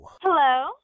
Hello